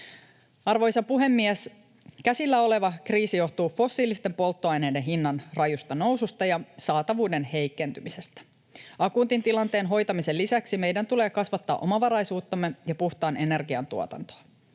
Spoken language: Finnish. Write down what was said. Arvoisa puhemies! Käsillä oleva kriisi johtuu fossiilisten polttoaineiden hinnan rajusta noususta ja saatavuuden heikentymisestä. Akuutin tilanteen hoitamisen lisäksi meidän tulee kasvattaa omavaraisuuttamme ja puhtaan energian tuotantoa.